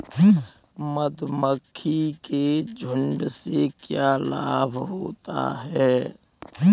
मधुमक्खी के झुंड से क्या लाभ होता है?